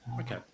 okay